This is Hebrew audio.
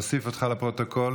14 בעד,